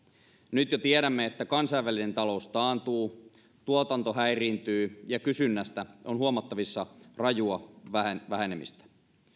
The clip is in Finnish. nyt jo tiedämme että kansainvälinen talous taantuu tuotanto häiriintyy ja kysynnässä on huomattavissa rajua vähenemistä